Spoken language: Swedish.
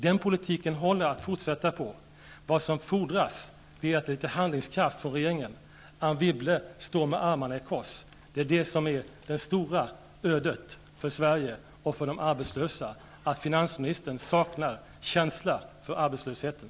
Den politiken håller att fortsätta med. Vad som fordras är litet handlingskraft från regeringen. Anne Wibble står med armarna i kors. Det är det stora ödet för Sverige och för de arbetslösa att finansministern saknar känsla för arbetslösheten.